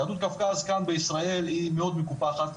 יהדות קווקז כאן בישראל היא מאוד מקופחת,